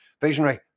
Visionary